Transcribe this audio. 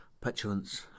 petulance